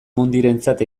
mundirentzat